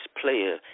player